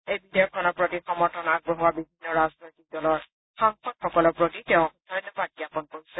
এই বিধেয়কখনৰ প্ৰতি সমৰ্থন আগবঢ়োৱা বিভিন্ন ৰাজনৈতক দলৰ সাংসদসকলকৰ প্ৰতি তেওঁ ধন্যবাদ জ্ঞাপন কৰিছে